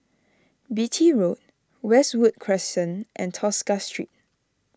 Beatty Road Westwood Crescent and Tosca Street